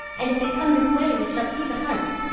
and if they come this way we shall see the hunt.